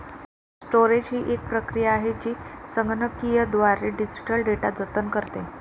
storage ही एक प्रक्रिया आहे जी संगणकीयद्वारे डिजिटल डेटा जतन करते